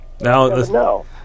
No